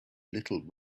little